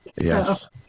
Yes